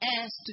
asked